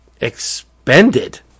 expended